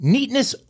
Neatness